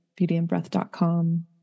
beautyandbreath.com